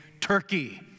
Turkey